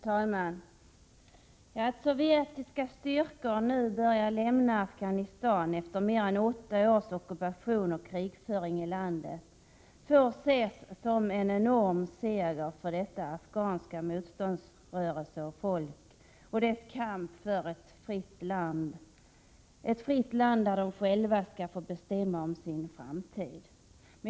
Herr talman! Att sovjetiska styrkor nu börjar lämna Afghanistan efter mer än åtta års ockupation och krigföring i landet får ses som en enorm seger för den afghanska motståndsrörelsen, det afghanska folket och dess kamp för ett fritt land, ett fritt land där de själva skall få bestämma om sin framtid.